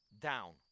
down